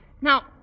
Now